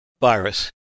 virus